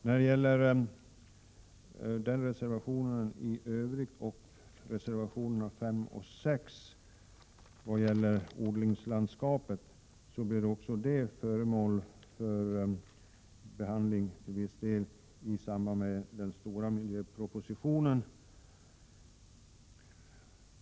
När det gäller reservation 4 i övrigt och reservationerna 5 och 6 beträffande odlingslandskapet blir också dessa frågor föremål för behandling till viss del i samband med den stora miljöpropositionen.